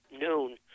noon